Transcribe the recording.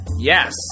Yes